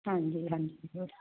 ਹਾਂਜੀ ਹਾਂਜੀ ਹੋਰ